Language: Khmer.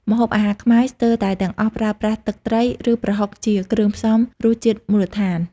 ម្ហូបអាហារខ្មែរស្ទើរតែទាំងអស់ប្រើប្រាស់ ទឹកត្រី ឬប្រហុកជាគ្រឿងផ្សំរសជាតិមូលដ្ឋាន។